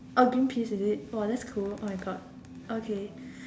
oh green peas is it !wah! that's cool oh my god okay